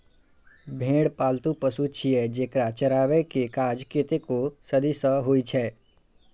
भेड़ पालतु पशु छियै, जेकरा चराबै के काज कतेको सदी सं होइ छै